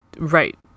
Right